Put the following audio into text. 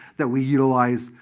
that we utilize,